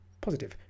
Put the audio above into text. positive